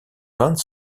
vingt